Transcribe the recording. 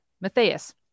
Matthias